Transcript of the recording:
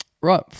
Right